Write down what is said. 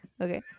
Okay